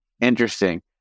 Interesting